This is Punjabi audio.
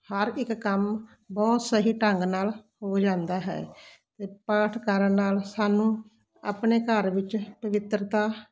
ਹਰ ਇਕ ਕੰਮ ਬਹੁਤ ਸਹੀ ਢੰਗ ਨਾਲ ਹੋ ਜਾਂਦਾ ਹੈ ਅਤੇ ਪਾਠ ਕਰਨ ਨਾਲ ਸਾਨੂੰ ਆਪਣੇ ਘਰ ਵਿੱਚ ਪਵਿੱਤਰਤਾ